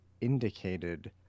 indicated